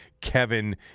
kevin